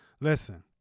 Listen